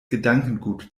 gedankengut